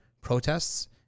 protests